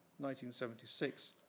1976